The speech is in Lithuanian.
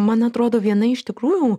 man atrodo viena iš tikrųjų